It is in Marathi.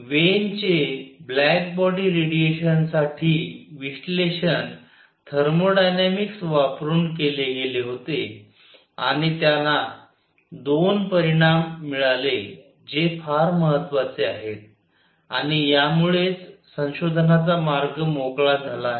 तर वेन चे ब्लॅक बॉडी रेडिएशनसाठी विश्लेषण थर्मोडायनामिक्स वापरून केले गेले होते आणि त्याना 2 परिणाम मिळाले जे फार महत्वाचे आहेत आणि यामुळेच संशोधनाचा मार्ग मोकळा झाला आहे